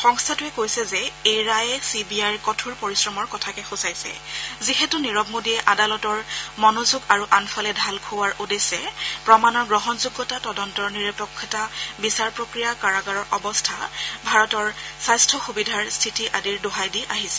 সংস্থাটোৱে কৈছে যে এই ৰায়ে চি বি আইৰ কঠোৰ পৰিশ্ৰমৰ কথাকে সূচাইছে যিহেতু নিৰৱ মোদীয়ে আদালতৰ মনোযোগ আনফালে ঢাল খুৱওৱাৰ উদ্দেশ্যে প্ৰমাণৰ গ্ৰহণযোগ্যতা তদন্তৰ নিৰপেক্ষতা বিচাৰ প্ৰক্ৰিয়া কাৰাগাৰৰ অৱস্থা ভাৰতৰ স্বাস্থ্য সুবিধাৰ স্থিতি আদিৰ দোহাই দি আহিছে